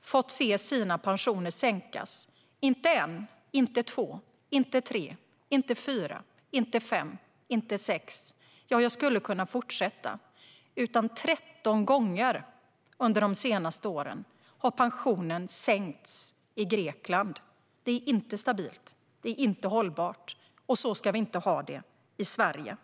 fått se sina pensioner sänkas, inte en, inte två, inte tre, inte fyra, inte fem, inte sex - jag skulle kunna fortsätta - utan tretton gånger under de senaste åren. Det är inte stabilt, och det är inte hållbart. Så ska vi inte ha det i Sverige.